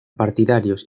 partidarios